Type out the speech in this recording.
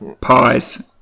Pies